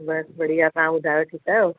बसि बढ़िया तव्हां ॿुधायो ठीकु आहियो